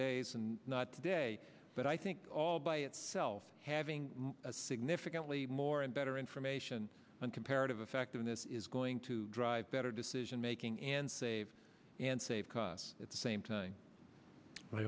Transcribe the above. days and not today but i think all by itself having a significantly more and better information on comparative effectiveness is going to drive better decision making and save and save costs at the same t